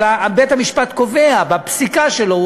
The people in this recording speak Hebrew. אבל בית-המשפט קובע בפסיקה שלו,